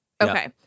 Okay